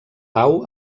pau